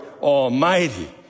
Almighty